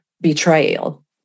betrayal